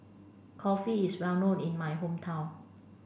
Kulfi is well known in my hometown